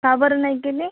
का बरं नाही केले